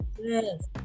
Yes